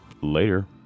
later